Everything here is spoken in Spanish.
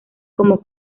como